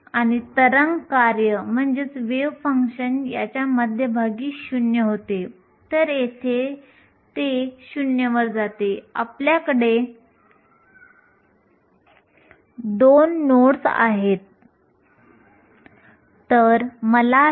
जसे आपण आधी पाहिले की सिलिकॉनच्या बाह्य आवरणाची इलेक्ट्रॉनिक सरंचना 3s2 3p2 आहे